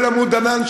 כולל עמוד ענן,